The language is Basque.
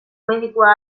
medikua